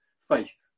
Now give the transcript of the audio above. faith